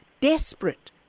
desperate